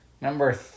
number